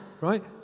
right